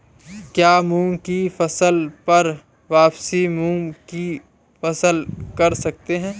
क्या मूंग की फसल पर वापिस मूंग की फसल कर सकते हैं?